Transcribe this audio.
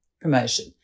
promotion